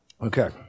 Okay